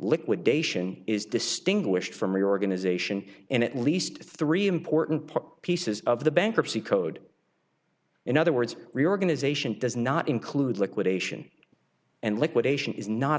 liquidation is distinguished from reorganization and at least three important pop pieces of the bankruptcy code in other words reorganization does not include liquidation and liquidation is not